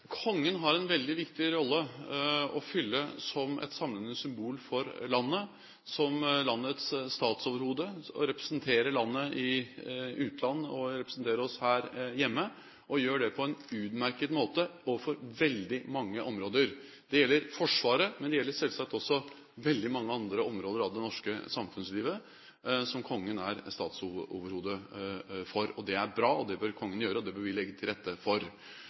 en veldig viktig rolle å fylle som et samlende symbol for landet ved å representere landet i utlandet og representere oss her hjemme, og han gjør det på en utmerket måte på veldig mange områder. Det gjelder Forsvaret, men det gjelder selvsagt også veldig mange andre områder av det norske samfunnslivet som kongen er statsoverhode for. Det er bra, det bør kongen gjøre, og det bør vi legge til rette for.